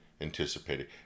anticipated